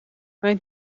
mijn